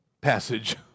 passage